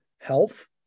health